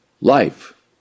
life